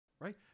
right